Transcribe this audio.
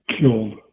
killed